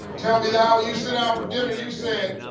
tell me the hour you sit down for dinner. you said.